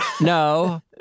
No